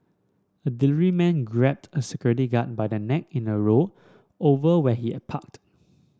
a delivery man grabbed a security guard by the neck in a row over where he had parked